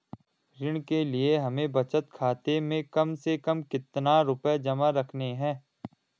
ऋण के लिए हमें बचत खाते में कम से कम कितना रुपये जमा रखने हैं?